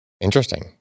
Interesting